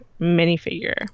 minifigure